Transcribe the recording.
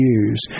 use